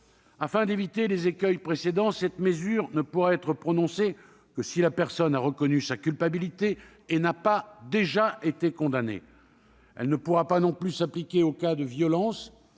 Afin d'éviter les écueils précédents, cette mesure ne pourra être prononcée que si la personne a reconnu sa culpabilité et n'a pas déjà été condamnée. Elle ne pourra pas non plus s'appliquer aux cas de violences